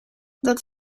dat